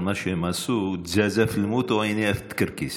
על מה שהם עשו: (אומר בערבית: תרנגולת מתה ועיניה רוקדות.)